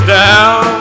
down